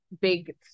big